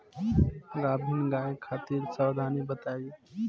गाभिन गाय खातिर सावधानी बताई?